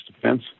defense